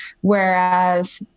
Whereas